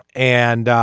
and